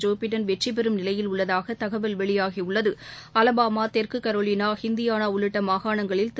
Joe Biden வெற்றி பெறும் நிலையில் உள்ளதாக தகவல் வெளியாகி உள்ளது அலபாமா தெற்கு கரோலினா ஹிந்தியானா உள்ளிட்ட மாகாணங்களில் திரு